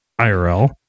IRL